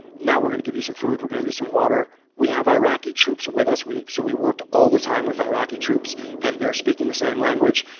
now we're going to give you some food, we're going to give you some water. we have iraqi troops with us we so we worked all the time with iraqi troops and they're speaking the same language.